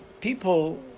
People